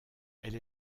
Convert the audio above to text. elle